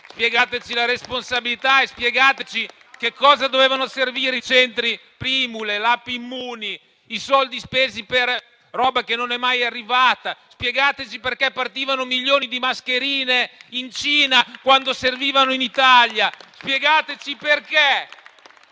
Spiegateci la responsabilità e spiegateci a che cosa dovevano servire i centri "primule", l'app Immuni, i soldi spesi per roba che non è mai arrivata. Spiegateci perché partivano milioni di mascherine verso la Cina quando servivano in Italia. Spiegateci perché